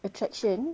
attraction